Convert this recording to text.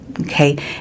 Okay